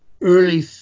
early